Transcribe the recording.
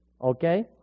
Okay